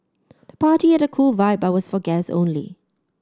the party had a cool vibe but was for guests only